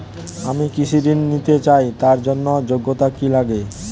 আমি কৃষি ঋণ নিতে চাই তার জন্য যোগ্যতা কি লাগে?